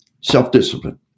Self-discipline